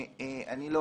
אני לא